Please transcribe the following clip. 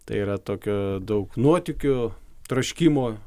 tai yra tokio daug nuotykių troškimo